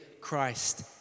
Christ